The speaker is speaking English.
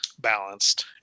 balanced